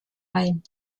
ein